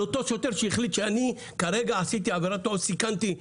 על אותו שוטר שהחליט שכרגע עשיתי עבירה וסיכנתי.